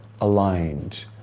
aligned